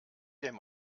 dem